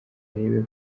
arebe